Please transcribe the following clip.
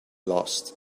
lost